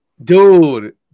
Dude